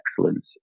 excellence